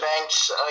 Banks